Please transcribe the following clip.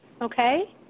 okay